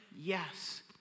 yes